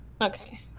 Okay